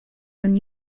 been